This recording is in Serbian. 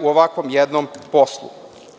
u ovakvom jednom